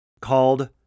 called